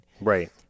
Right